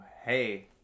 hey